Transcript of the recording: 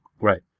Right